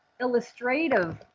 illustrative